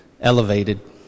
elevated